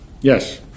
Yes